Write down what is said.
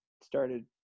started